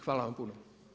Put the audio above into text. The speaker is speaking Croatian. Hvala vam puno.